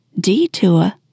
detour